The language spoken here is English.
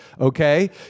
okay